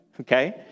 Okay